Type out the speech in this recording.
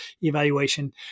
evaluation